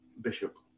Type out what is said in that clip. Bishop